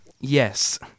Yes